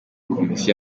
komisiyo